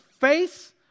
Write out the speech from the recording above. face